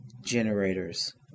generators